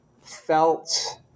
felt